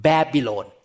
Babylon